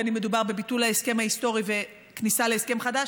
בין אם מדובר בביטול ההסכם ההיסטורי וכניסה להסכם חדש.